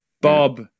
bob